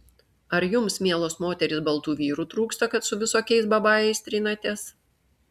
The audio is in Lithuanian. ar jums mielos moterys baltų vyrų trūksta kad su visokiais babajais trinatės